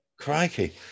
Crikey